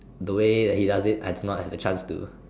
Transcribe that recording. the way that he does it I do not have the chance to